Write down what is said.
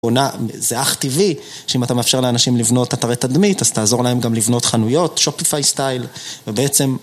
זה אך טבעי שאם אתה מאפשר לאנשים לבנות אתרי תדמית אז תעזור להם גם לבנות חנויות שופיפיי סטייל ובעצם...